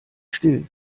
still